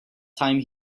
time